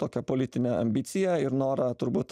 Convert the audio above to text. tokią politinę ambiciją ir norą turbūt